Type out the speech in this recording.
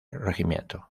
regimiento